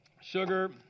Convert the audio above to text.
sugar